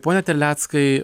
pone terleckai